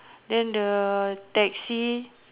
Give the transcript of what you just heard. then the taxi